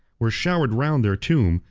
were showered round their tomb,